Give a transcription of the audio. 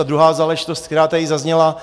A druhá záležitost, která tady zazněla.